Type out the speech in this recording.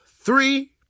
three